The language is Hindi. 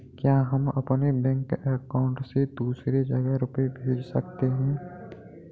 क्या हम अपने बैंक अकाउंट से दूसरी जगह रुपये भेज सकते हैं?